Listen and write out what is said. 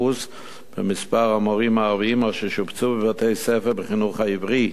במספר המורים הערבים אשר שובצו בבתי-ספר בחינוך העברי,